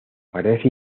parece